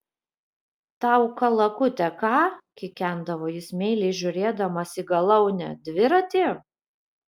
tau kalakute ką kikendavo jis meiliai žiūrėdamas į galaunę dviratį